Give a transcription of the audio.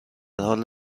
حال